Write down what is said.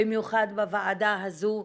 במיוחד בוועדה הזו,